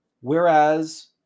Whereas